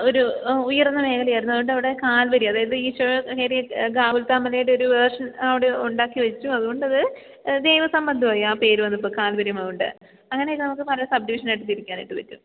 ഒരു ഉയര്ന്ന മേഖലയായിരുന്നു അതുകൊണ്ടവിടെ കാല്വരി അതായത് ഈ ഏരിയ ഗാഗുല്ത്താ മലയുടെ ഒരു വേര്ഷന് അവിടെ ഉണ്ടാക്കി വെച്ചു അതുകൊണ്ടത് ദൈവസംബന്ധമായി ആ പേര് വന്നപ്പം കാല്വരി മൗണ്ട് അങ്ങനെയൊക്കെ നമുക്ക് പല സബ്ഡിവിഷനായിട്ട് തിരിക്കാനായിട്ട് പറ്റും